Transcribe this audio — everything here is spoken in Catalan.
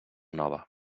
nova